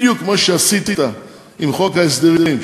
בדיוק כמו שעשית עם חוק ההסדרים,